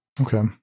Okay